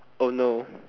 oh no